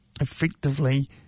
effectively